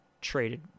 traded